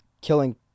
killing